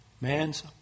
Man's